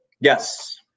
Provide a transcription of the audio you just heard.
Yes